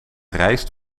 rijst